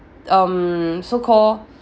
um so call